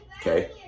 okay